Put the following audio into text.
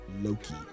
Loki